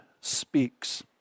speaks